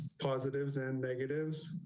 positives and negatives.